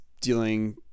dealing